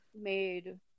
made